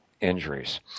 injuries